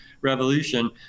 revolution